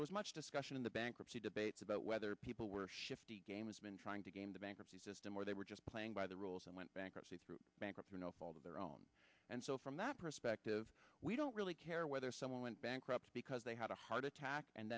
there was much discussion in the bankruptcy debates about whether people were shifty games been trying to game the bankruptcy system or they were just playing by the rules and went bankruptcy through bankruptcy no fault of their own and so from that perspective we don't really care whether someone went bankrupt because they had a heart attack and